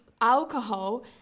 alcohol